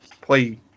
play